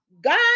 god